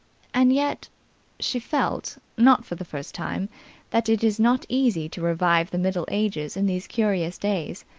and yet she felt not for the first time that it is not easy, to revive the middle ages in these curious days.